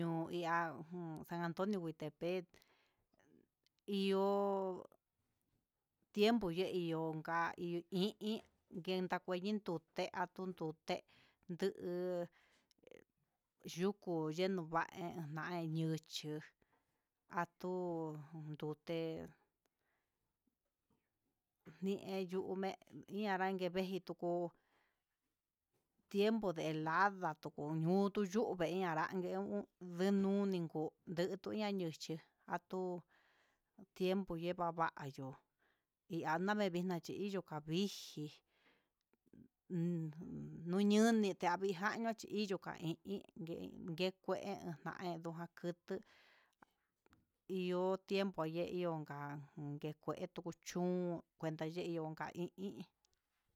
Ñuu ihá san antonio huitepec, iho tiempo ihó ka'a, iho i iin yenkua kuin tuté atun ndute, nduu yuku yenó va'e van yuchu, atu nduté nie yu'me nianreni ndague mexico, tiempo de elada yuku nuu vee, enarañe yunuu nindu yuku ñe yayichí, atun tiempo nivavayu iname inava'a neyuu aviji uun nuñe, niuni tavijano xhí iyu kandi hí i iin yekue kano yikaku, ndu ihó tiempo ye ihó ndoka kunke kue tuu chun kotakue ño'o yota hí.